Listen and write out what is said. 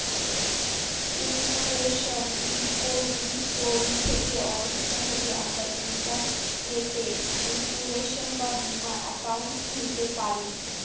insurance repository থেকে অনেক সহজেই আমরা ইন্টারনেটে ইন্সুরেন্স বা বীমা একাউন্ট খুলতে পারি